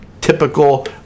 typical